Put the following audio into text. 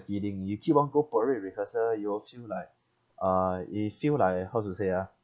feeling you keep on go parade rehearsal you all feel like uh it feel like how to say ah